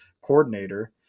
coordinator